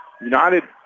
United